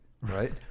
right